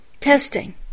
testing